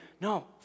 No